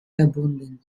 verbunden